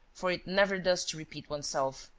for it never does to repeat one's self.